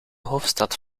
hoofdstad